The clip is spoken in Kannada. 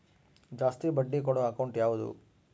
ಜಾಸ್ತಿ ಬಡ್ಡಿ ಕೊಡೋ ಅಕೌಂಟ್ ಯಾವುದು?